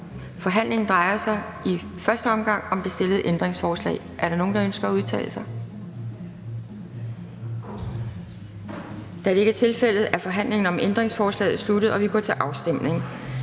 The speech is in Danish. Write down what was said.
Forhandlingen drejer sig i første omgang om de stillede ændringsforslag. Er der nogen, der ønsker at udtale sig? Da det ikke er tilfældet, er forhandlingen om ændringsforslagene slut, og vi går til afstemning.